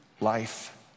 life